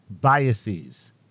biases